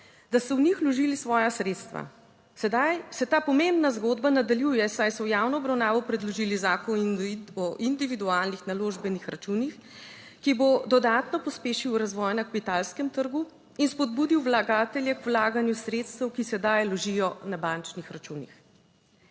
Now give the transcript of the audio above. da so v njih vložili svoja sredstva. Sedaj se ta pomembna zgodba nadaljuje, saj so v javno obravnavo predložili Zakon o individualnih naložbenih računih, ki bo dodatno pospešil razvoj na kapitalskem trgu in spodbudil vlagatelje k vlaganju sredstev, ki sedaj ležijo na bančnih računih.